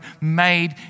made